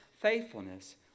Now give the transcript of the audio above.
faithfulness